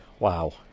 Wow